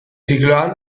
zikloan